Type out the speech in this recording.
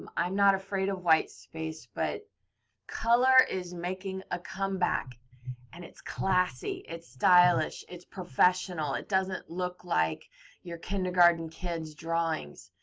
um i'm not afraid of white space but color is making a comeback and it's classy. it's stylish, it's professional. it doesn't look like your kindergarten kid's drawings.